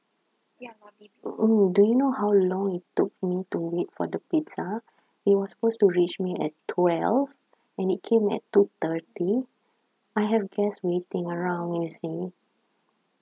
mm do you know how long it took me to wait for the pizza it was supposed to reach me at twelve and it came at two thirty I had guests waiting around you see